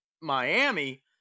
Miami